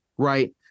Right